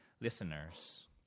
listeners